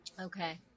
Okay